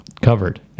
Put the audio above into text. covered